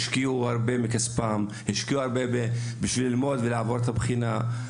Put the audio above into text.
הם השקיעו הרבה מכספם כדי ללמוד ולעבור את הבחינה.